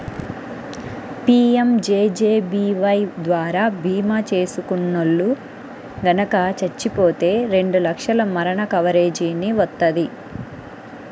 PMJJBY ద్వారా భీమా చేసుకున్నోల్లు గనక చచ్చిపోతే రెండు లక్షల మరణ కవరేజీని వత్తది